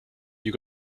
you